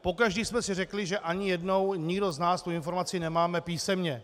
Pokaždé jsme si řekli, že ani jednou nikdo z nás tu informaci nemáme písemně.